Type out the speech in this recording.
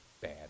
bad